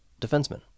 defenseman